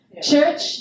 Church